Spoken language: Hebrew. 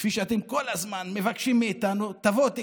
כפי שאתם כל הזמן מבקשים מאיתנו: תבואו תגנו,